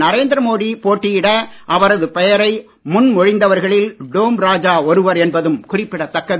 நரேந்திரமோடி போட்டியிட அவரது பெயரை முன் மொழிந்தவர்களில் டோம் ராஜா ஒருவர் என்பதும் குறிப்பிடத்தக்கது